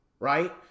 Right